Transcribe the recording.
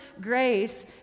grace